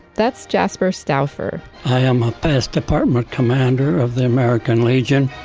that's jasper stalfour. i am a past department commander of the american legion.